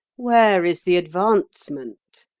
where is the advancement?